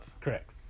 Correct